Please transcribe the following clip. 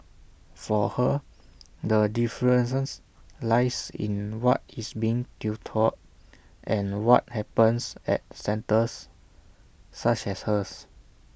for her the difference lies in what is being tutored and what happens at centres such as hers